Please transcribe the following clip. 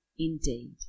Indeed